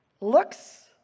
looks